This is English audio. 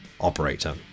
operator